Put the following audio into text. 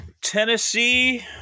Tennessee